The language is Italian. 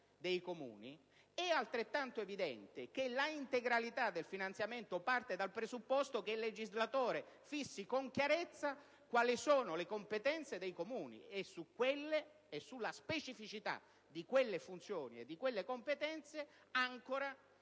dei Comuni, è altrettanto evidente che l'integralità del finanziamento parte dal presupposto che il legislatore fissi con chiarezza quali sono le competenze dei Comuni, e su quelle, e sulla specificità di quelle funzioni e di quelle competenze, ancora